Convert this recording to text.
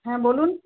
হ্যাঁ বলুন